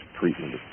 treatment